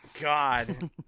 God